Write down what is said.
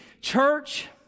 Church